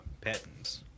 patents